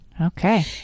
Okay